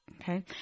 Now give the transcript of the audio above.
Okay